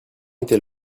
était